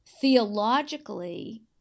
theologically